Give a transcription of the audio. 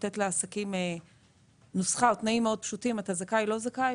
לתת לעסקים נוסחה או תנאים פשוטים מאוד: אתה זכאי או לא זכאי.